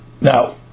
now